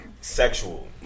Sexual